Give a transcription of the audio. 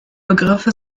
begriffe